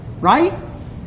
right